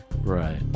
Right